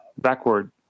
backward